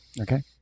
okay